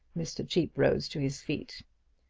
mr. cheape rose to his feet.